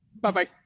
Bye-bye